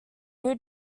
new